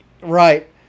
Right